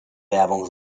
werbung